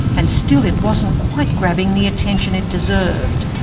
and still it wasn't quite grabbing the attention it deserved.